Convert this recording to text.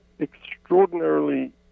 extraordinarily